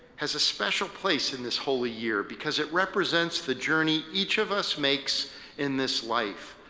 has a special place in this holy year, because it represents the journey each of us makes in this life.